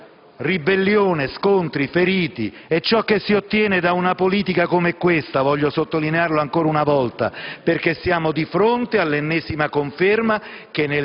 Ribellione, scontri, feriti: è ciò che si ottiene da una politica come questa. Voglio sottolinearlo ancora una volta: siamo di fronte all'ennesima conferma